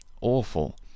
awful